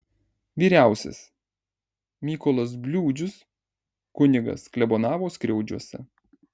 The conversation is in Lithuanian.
vyriausias mykolas bliūdžius kunigas klebonavo skriaudžiuose